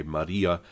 Maria